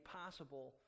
possible